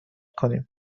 کنیم